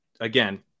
again